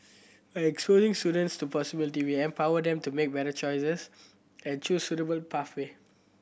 by exposing students to possibility we empower them to make better choices and choose suitable pathway